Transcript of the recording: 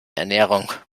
ernährung